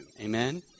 Amen